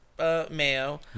Mayo